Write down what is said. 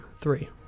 three